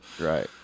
right